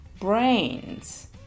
brains